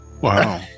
Wow